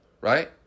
Right